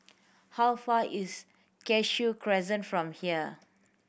how far is Cashew Crescent from here